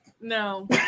No